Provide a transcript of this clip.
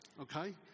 okay